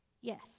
Yes